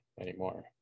anymore